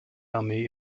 armee